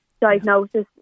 diagnosis